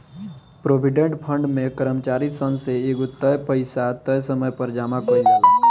provident fund में कर्मचारी सन से एगो तय पइसा तय समय पर जामा कईल जाला